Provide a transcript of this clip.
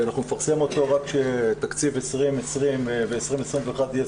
אנחנו נפרסם רק כשתקציב 2020 ו-2021 יהיה